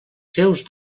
seus